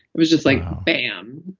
it was just like bam.